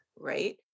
right